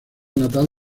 natal